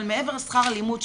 אבל מעבר לשכר הלימוד,